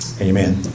amen